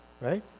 Right